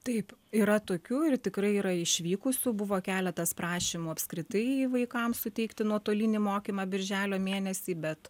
taip yra tokių ir tikrai yra išvykusių buvo keletas prašymų apskritai vaikams suteikti nuotolinį mokymą birželio mėnesį bet